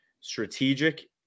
strategic